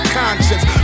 conscience